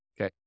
Okay